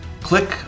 click